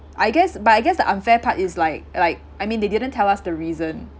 I guess but I guess the unfair part is like like I mean they didn't tell us the reason